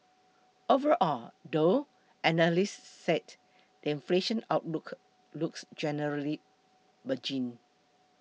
overall though analysts said inflation outlook looks generally benign